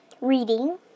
reading